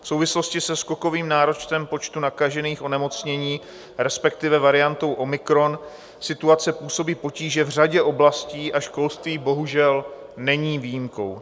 V souvislosti se skokovým nárůstem počtu nakažených onemocněním, respektive variantou omikron, situace působí potíže v řadě oblastí a školství bohužel není výjimkou.